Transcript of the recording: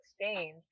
exchange